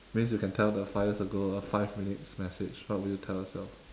means you can tell the five years ago a five minutes message what will you tell yourself